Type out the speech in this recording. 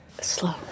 Slow